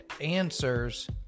answers